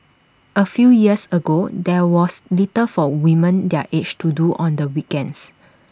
A few years ago there was little for women their age to do on the weekends